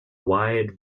wide